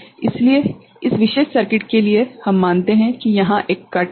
इसलिए इस विशेष सर्किट के लिए हम मानते हैं कि यहां एक कट है